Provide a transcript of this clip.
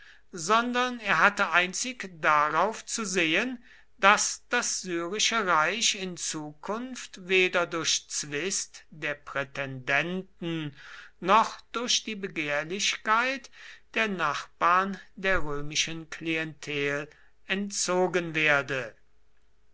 sondern er hatte einzig darauf zu sehen daß das syrische reich in zukunft weder durch zwist der prätendenten noch durch die begehrlichkeit der nachbarn der römischen klientel entzogen werde